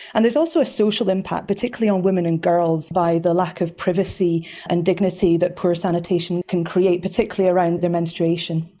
and there's also a social impact, particularly on women and girls by the lack of privacy and dignity that poor sanitation can create, particularly around their menstruation.